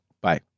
Bye